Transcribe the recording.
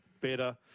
better